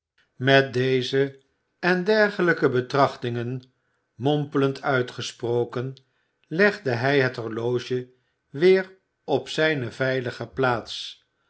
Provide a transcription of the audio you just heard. met deze en dergelijke betrachtingen mompelend uitgesproken legde hij het horloge weer op zijne veilige plaats